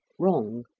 wrong,